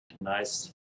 Nice